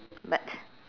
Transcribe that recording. but